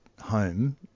home